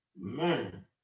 Man